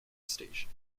station